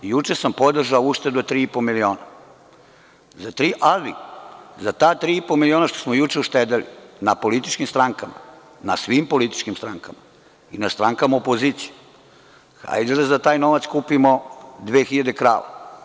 Juče sam podržao uštedu od tri i po miliona, ali za ta tri i po miliona što smo juče uštedeli na političkim strankama, na svim političkim strankama, i na strankama opozicije, hajde da za taj novac kupimo 2.000 krava.